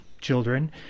children